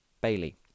Bailey